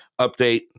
Update